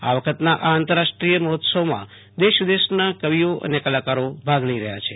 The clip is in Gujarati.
આ વખતના આ આંતરરાષ્ટ્રીય મહોત્સવમાં દેશ વિદેશના કવિઓ અને કલાકારો ભાગ લઇ રહ્યા છે